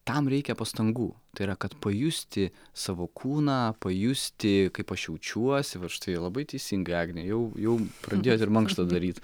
tam reikia pastangų tai yra kad pajusti savo kūną pajusti kaip aš jaučiuosi vat štai tai labai teisingai agne jau jau pradėjot ir mankštą daryt